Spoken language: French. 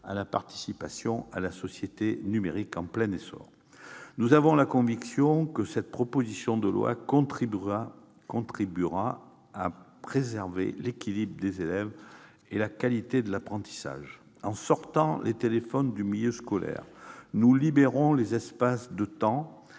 à la participation à la société numérique, en plein essor. Nous avons la conviction que cette proposition de loi contribuera à préserver l'équilibre des élèves et la qualité de l'apprentissage. En sortant les téléphones du milieu scolaire, nous libérons les espaces de temps